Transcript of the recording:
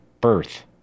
birth